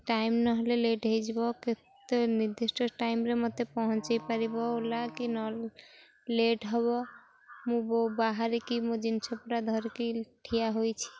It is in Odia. ଟାଇମ୍ ନହେଲେ ଲେଟ୍ ହେଇଯିବ କେତେ ନିର୍ଦ୍ଧିଷ୍ଟ ଟାଇମ୍ରେ ମୋତେ ପହଞ୍ଚାଇ ପାରିବ ଓଲା କି ନ ଲେଟ୍ ହବ ମୁଁ ବୋ ବାହାରିକି ମୋ ଜିନିଷ ପଟା ଧରିକି ଠିଆ ହୋଇଛି